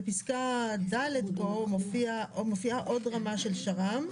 בפסקה (ד) מופיעה עוד רמה של שר"מ,